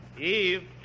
Eve